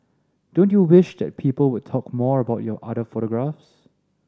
don't you wish that people would talk more about your other photographs